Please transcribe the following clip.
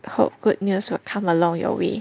hope good news will come along your way